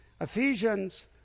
Ephesians